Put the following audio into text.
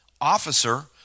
officer